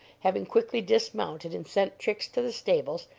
having quickly dismounted and sent trix to the stables,